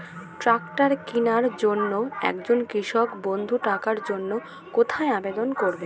Tractor কিনার জন্য একজন কৃষক বন্ধু টাকার জন্য কোথায় আবেদন করবে?